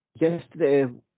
Yesterday